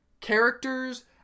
characters